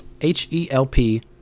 H-E-L-P